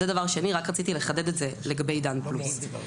רק רציתי לחדד את זה לגבי עידן פלוס.